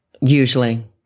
Usually